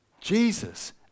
Jesus